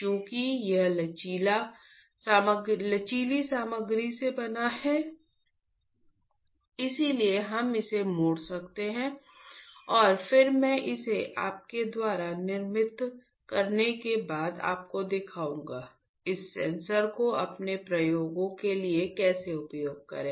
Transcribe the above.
चूंकि यह लचीली सामग्री से बना है इसलिए हम इसे मोड़ सकते हैं और फिर मैं इसे आपके द्वारा निर्मित करने के बाद आपको दिखाऊंगा इस सेंसर को अपने प्रयोगों के लिए कैसे उपयोग करें